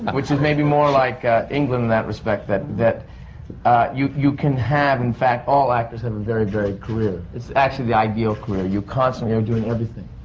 which is maybe more like england in that respect, that. that you. you can have, in fact, all actors have a very varied career. it's actually the ideal career. you constantly are doing everything.